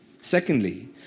Secondly